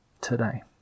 today